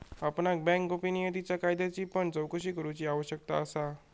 आपणाक बँक गोपनीयतेच्या कायद्याची पण चोकशी करूची आवश्यकता असा